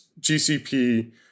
GCP